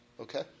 Okay